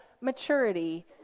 maturity